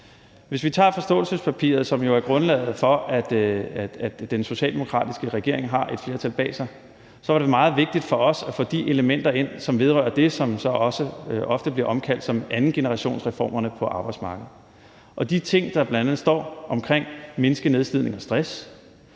Hvis vi tager forståelsespapiret, som jo er grundlaget for, at den socialdemokratiske regering har et flertal bag sig, så var det meget vigtigt for os at få de elementer ind, som vedrører det, som så også ofte bliver omtalt som andengenerationsreformerne på arbejdsmarkedet. Og de ting, der bl.a. står omkring det, er at mindske nedslidning og stress,